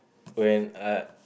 when ah